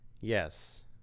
Yes